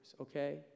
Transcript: okay